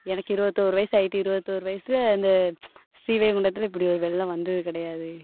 எனக்கு இருபத்தோரு வயதாயிட்டு இருபத்தோரு வயசில் இந்த ஸ்ரீவைகுண்டத்தில் இப்படி ஒரு வெள்ளம் வந்தது கிடையாது